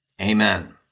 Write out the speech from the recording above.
Amen